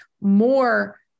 more